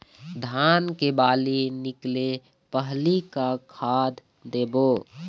धान के बाली निकले पहली का खाद देबो?